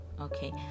Okay